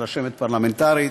רשמת פרלמנטרית,